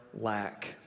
lack